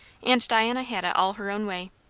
and diana had it all her own way.